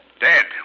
Dead